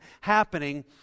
happening